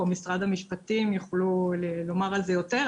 או משרד המשפטים יוכלו לומר על זה יותר,